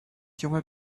junge